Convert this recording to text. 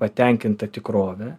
patenkinta tikrovė